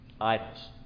Idols